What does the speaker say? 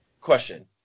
Question